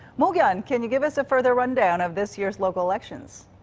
mok-yeon, can you give us a further rundown of this year's local elections?